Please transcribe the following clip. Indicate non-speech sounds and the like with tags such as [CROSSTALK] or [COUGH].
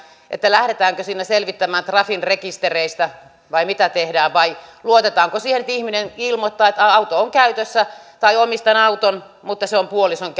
lähdetäänkö siinä selvittämään trafin rekistereistä vai mitä tehdään vai luotetaanko siihen että ihminen ilmoittaa että auto on käytössä tai omistan auton mutta se on puolison [UNINTELLIGIBLE]